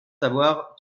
savoir